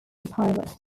pilot